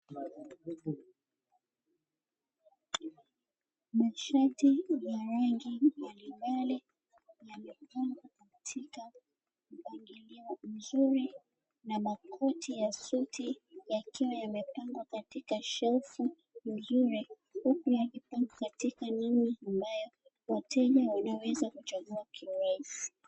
Mashati ya rangi mbalimbali yamepangwa katika mpangilio mzuri na Makoti ya suti yakiwa yamefungwa katika sherfu nzuri, huku yakipangwa kwa ajili ya wateja wanao weza kuchagua kiurahisi.